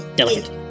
delicate